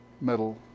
metal